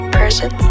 person